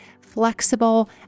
flexible